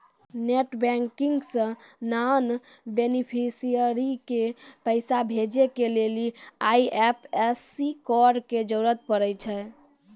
net banking से non beneficiary के पैसा भेजै के लेली आई.एफ.एस.सी कोड के जरूरत पड़ै छै